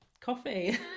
coffee